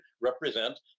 represent